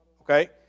okay